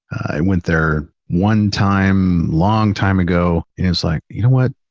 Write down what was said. i went there one time long time ago and it was like, you know what,